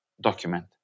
document